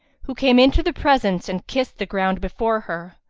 who came into the presence and kissed the ground before her.